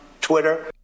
Twitter